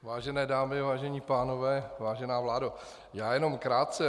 Vážené dámy, vážení pánové, vážená vládo, já jenom krátce.